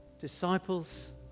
Disciples